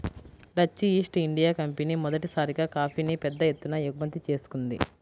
Dutch East India Company మొదటిసారిగా కాఫీని పెద్ద ఎత్తున దిగుమతి చేసుకుంది